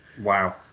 Wow